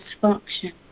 function